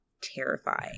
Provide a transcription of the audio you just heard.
terrifying